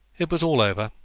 it was all over,